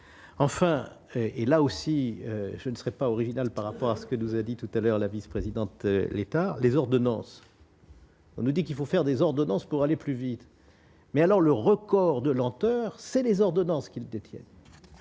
enfin, et là aussi, je ne serai pas original par rapport à ce que nous a dit tout à l'heure, la vice-présidente, l'État les ordonnances. On nous dit qu'il faut faire des ordonnances pour aller plus vite mais alors le record de lenteur, c'est les ordonnances qu'ils détiennent